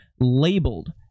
labeled